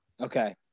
Okay